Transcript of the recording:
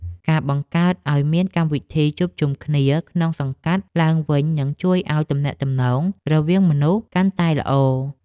ការបង្កើតឱ្យមានកម្មវិធីជួបជុំគ្នាក្នុងសង្កាត់ឡើងវិញនឹងជួយឱ្យទំនាក់ទំនងរវាងមនុស្សកាន់តែល្អ។